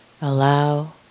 allow